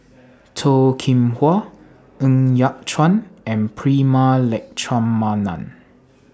Toh Kim Hwa Ng Yat Chuan and Prema Letchumanan